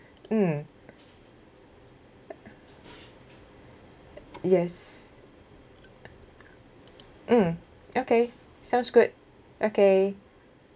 mm yes mm okay sounds good okay